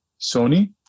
Sony